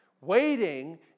Waiting